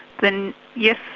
then yes,